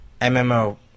MMO